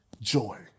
joy